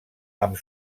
amb